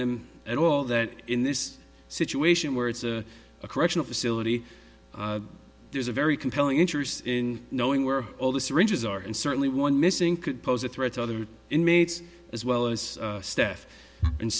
them at all that in this situation where it's a correctional facility there's a very compelling interest in knowing where all the syringes are and certainly one missing could pose a threat to other inmates as well as